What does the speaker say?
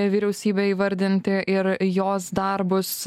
vyriausybę įvardinti ir jos darbus